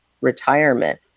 retirement